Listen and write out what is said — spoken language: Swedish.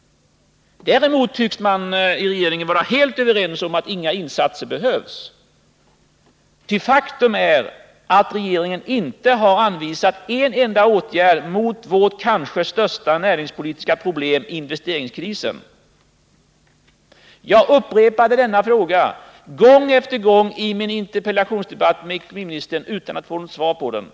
Däremot tycks mani regeringen vara helt överens om att inga insatser behövs. Faktum är att regeringen inte har anvisat en enda åtgärd mot vårt kanske största näringspolitiska problem: investeringskrisen. Jag upprepade denna fråga gång på gång i min interpellationsdebatt med ekonomiministern utan att få något svar på den.